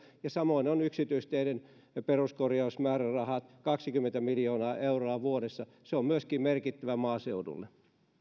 ja samoin ovat yksityisteiden peruskorjausmäärärahat kaksikymmentä miljoonaa euroa vuodessa se on myöskin merkittävä maaseudulle